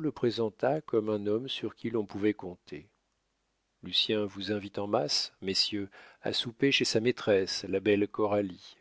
le présenta comme un homme sur qui l'on pouvait compter lucien vous invite en masse messieurs à souper chez sa maîtresse la belle coralie